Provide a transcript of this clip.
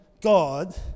God